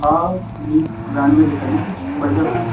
हाँ वही ब्राण्ड में दिखाइए कुछ बढ़िया सा